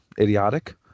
idiotic